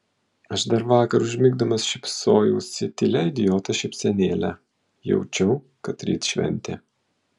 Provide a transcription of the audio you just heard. aš dar vakar užmigdamas šypsojausi tylia idioto šypsenėle jaučiau kad ryt šventė